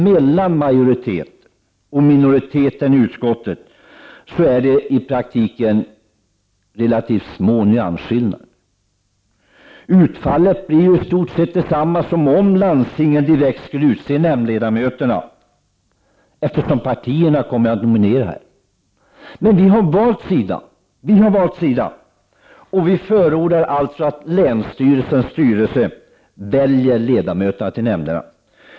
Mellan majoriteten och minoriteten i utskottet är det i praktiken endast en nyansskillnad. Utfallet blir i stort sett detsamma enligt utskottets förslag som om landstingen direkt skulle utse ledamöterna, eftersom partierna kommer att nominera kandidaterna. Men vi har valt sida, och majoriteten förordar alltså att länsstyrelsens styrelse väljer ledamöter till nämnderna.